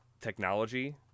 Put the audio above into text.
technology